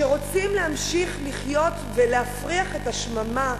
שרוצים להמשיך לחיות ולהפריח את השממה,